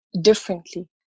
differently